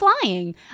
flying